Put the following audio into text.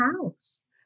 house